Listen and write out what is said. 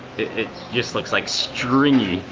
it just looks like stringy,